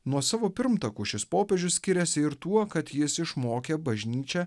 nuo savo pirmtakų šis popiežius skiriasi ir tuo kad jis išmokė bažnyčią